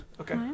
Okay